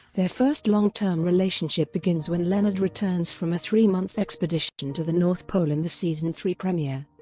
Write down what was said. their first long-term relationship begins when leonard returns from a three-month expedition to the north pole in the season three premiere.